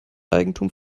eigentum